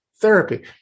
therapy